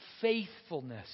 faithfulness